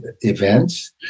events